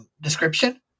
description